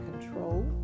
control